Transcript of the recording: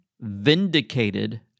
Vindicated